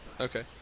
Okay